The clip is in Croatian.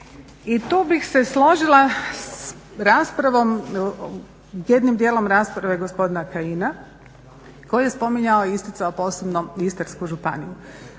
I tu bih se složila s raspravom, jednim dijelom rasprave, gospodina Kajina koji je spominjao i isticao posebno Istarsku županiju.